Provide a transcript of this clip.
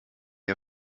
ihr